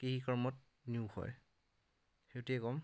কৃষি কৰ্মত নিয়োগ হয় সেইটোৱে ক'ম